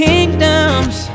Kingdoms